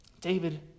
David